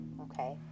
okay